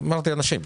אמרתי אנשים.